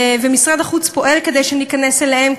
ומשרד החוץ פועל כדי שניכנס אליהם,